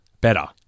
better